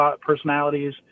personalities